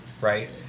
right